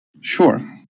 Sure